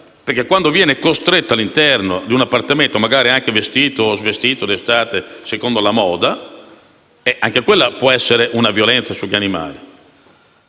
perché essere costretto all'interno di un appartamento, magari anche vestito o svestito in estate secondo la moda, può essere una violenza sugli animali.